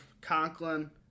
Conklin